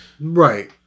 Right